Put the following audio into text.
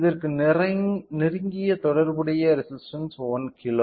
இதற்கு நெருங்கிய தொடர்புடைய ரெசிஸ்டன்ஸ் 1 கிலோ